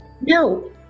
no